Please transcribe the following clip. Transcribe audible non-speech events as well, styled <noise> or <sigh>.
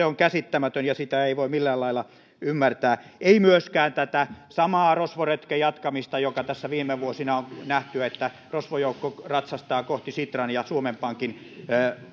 <unintelligible> on käsittämätön ja sitä ei voi millään lailla ymmärtää ei myöskään voi ymmärtää tätä samaa rosvoretken jatkamista joka tässä viime vuosina on nähty että rosvojoukko ratsastaa kohti sitran ja suomen pankin